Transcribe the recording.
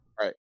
Right